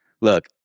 look